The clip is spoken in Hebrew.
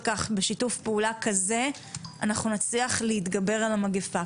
כך ובשיתוך פעולה כזה אנחנו נצליח להתגבר על המגיפה.